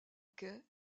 quai